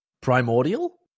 primordial